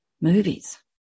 movies